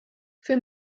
für